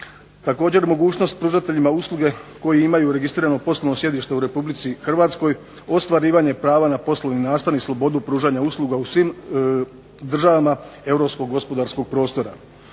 Također, mogućnost pružateljima usluge koji imaju registrirano poslovno sjedište u RH, ostvarivanje prava na poslovni nastan i slobodu pružanja usluga u svim državama europskog gospodarskog prostora,